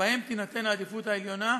להם תינתן העדיפות העליונה.